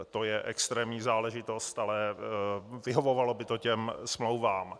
To je extrémní záležitost, ale vyhovovalo by to těm smlouvám.